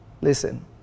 listen